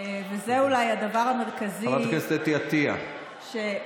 זה אולי הדבר המרכזי, חברת הכנסת אתי עטייה, תודה.